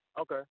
Okay